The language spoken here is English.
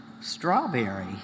Strawberry